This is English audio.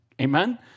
Amen